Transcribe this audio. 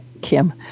Kim